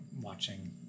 watching